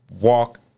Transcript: walk